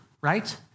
right